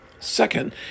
Second